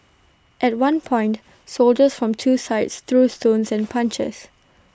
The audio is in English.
at one point soldiers from two sides threw stones and punches